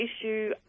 issue